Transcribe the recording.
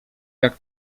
jak